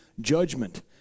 judgment